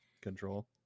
control